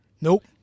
Nope